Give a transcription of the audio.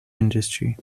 industry